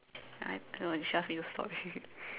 I I don't know she ask me to stop already